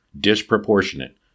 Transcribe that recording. disproportionate